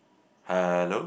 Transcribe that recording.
hello